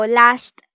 last